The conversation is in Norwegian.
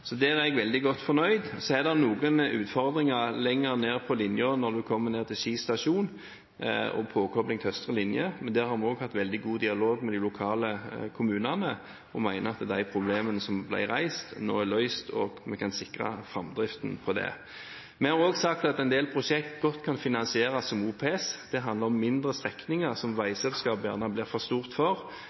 er jeg veldig godt fornøyd. Så er det noen utfordringer lenger nede på linjen – når det handler om Ski stasjon og påkobling til Østre linje – men også her har vi hatt veldig god dialog med de lokale kommunene. Vi mener at de problemene som ble reist, nå er løst, og at vi kan sikre framdriften av dette. Vi har også sagt at en del prosjekter godt kan finansieres som OPS. Det handler om kortere strekninger, som veiselskapet gjerne blir for stort for.